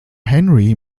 henry